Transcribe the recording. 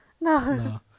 No